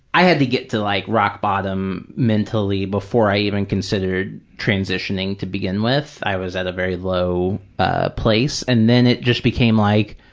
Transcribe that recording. i had to get to like rock bottom mentally before i even considered transitioning to begin with. i was at a very low ah place. and then it just became like,